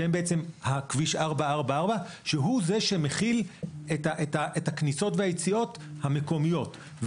שהם בעצם כביש 444 שהוא זה שמכיל את הכניסות והיציאות המקומיות.